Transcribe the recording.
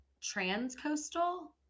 trans-coastal